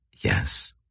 Yes